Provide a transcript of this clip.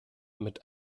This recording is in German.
mit